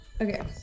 Okay